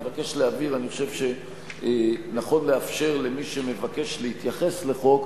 אני מבקש להבהיר: אני חושב שנכון לאפשר למי שמבקש להתייחס לחוק